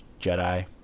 Jedi